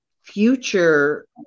future